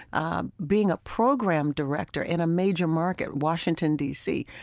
ah being a program director in a major market, washington, d c.